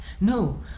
No